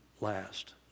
last